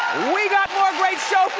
we got more great show for